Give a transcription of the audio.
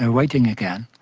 and waiting again,